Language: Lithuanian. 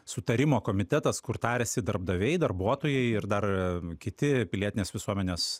sutarimo komitetas kur tariasi darbdaviai darbuotojai ir dar kiti pilietinės visuomenės